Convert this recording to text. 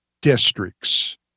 districts